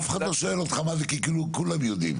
אף אחד לא שואל אותך מה זה כאילו כולם יודעים.